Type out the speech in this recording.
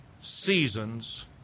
seasons